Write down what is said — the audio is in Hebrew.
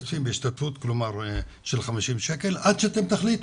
מבקשים השתתפות של 50 שקל, עד שתחליטו.